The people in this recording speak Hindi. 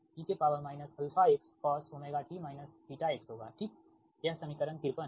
तो यह C2 e αx cos ωt βx होगा ठीक यह समीकरण 53 है